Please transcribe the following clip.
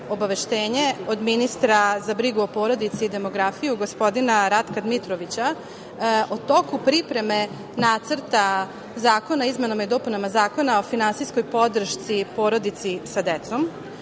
obaveštenje od ministra za brigu o porodici i demografiju gospodina Ratka Dmitrovića o toku pripreme nacrta zakona o izmenama i dopunama Zakona o finansijskoj podršci porodici sa decom,